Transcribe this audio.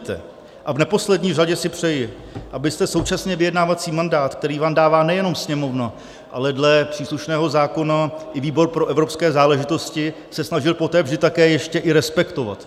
A v neposlední řadě si přeji, abyste současně vyjednávací mandát, který vám dává nejenom Sněmovna, ale dle příslušného zákona i výbor pro evropské záležitosti, se snažil poté vždy také ještě i respektovat.